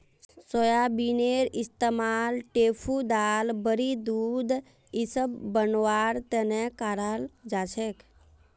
सोयाबीनेर इस्तमाल टोफू दाल बड़ी दूध इसब बनव्वार तने कराल जा छेक